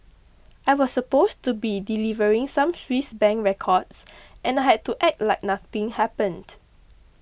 I was supposed to be delivering some Swiss Bank records and I had to act like nothing happened